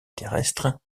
terrestre